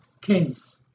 case